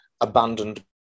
abandoned